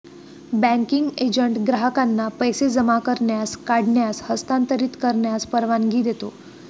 banking agent ग्राहकांना पैसे जमा करण्यास, काढण्यास, हस्तांतरित करण्यास परवानगी देतो